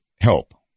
help